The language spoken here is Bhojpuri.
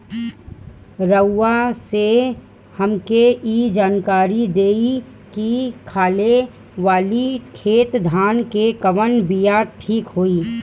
रउआ से हमके ई जानकारी देई की खाले वाले खेत धान के कवन बीया ठीक होई?